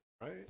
right